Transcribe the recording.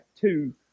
two